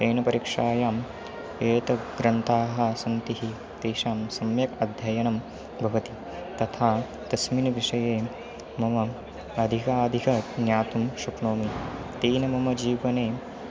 तेन परीक्षायां एते ग्रन्थाः सन्तिः तेषां सम्यक् अध्ययनं भवति तथा तस्मिन् विषये मम अधिकाधिकं ज्ञातुं शक्नोमि तेन मम जीवने